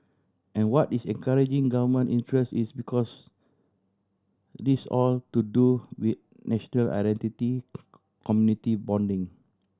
and what is encouraging Government interest is because this all to do with national identity community bonding